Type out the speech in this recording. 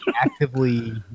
actively